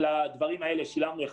כמעט כל הכסף הזה באמת עבר לעסקים.